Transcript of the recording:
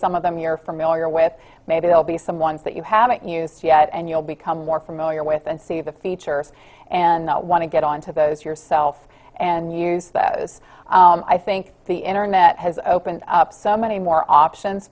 some of them you're familiar with maybe they'll be some ones that you haven't used yet and you'll become more familiar with and see the features and not want to get on to those yourself and use those i think the internet has opened up so many more options